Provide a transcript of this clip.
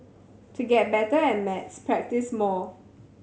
to get better at maths practise more